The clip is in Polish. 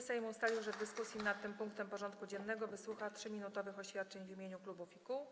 Sejm ustalił, że w dyskusji nad tym punktem porządku dziennego wysłucha 3-minutowych oświadczeń w imieniu klubów i kół.